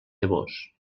llavors